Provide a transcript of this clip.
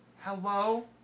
Hello